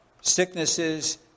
sicknesses